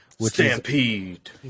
Stampede